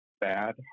bad